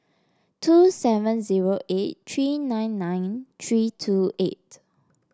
two seven zero eight three nine nine three two eight